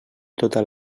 tota